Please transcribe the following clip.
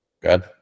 Good